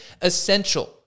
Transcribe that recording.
Essential